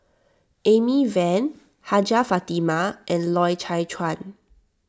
Amy Van Hajjah Fatimah and Loy Chye Chuan